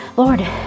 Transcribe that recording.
Lord